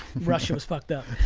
russia was fucked up.